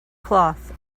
cloth